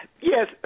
Yes